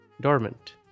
dormant